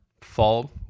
fall